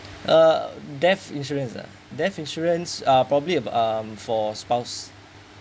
uh death insurance uh death insurance uh probably um for spouse